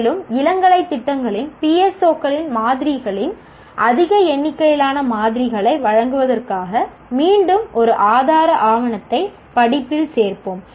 மேலும் இளங்கலை திட்டங்களின் PSO க்களின் மாதிரிகளின் அதிக எண்ணிக்கையிலான மாதிரிகளை வழங்குவதற்காக மீண்டும் ஒரு ஆதார ஆவணத்தை படிப்பில் சேர்ப்போம்